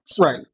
Right